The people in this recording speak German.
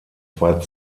zwei